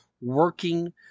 working